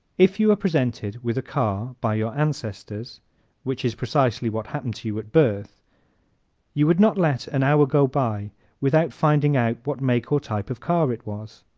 if you were presented with a car by your ancestors which is precisely what happened to you at birth you would not let an hour go by without finding out what make or type of car it was.